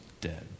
dead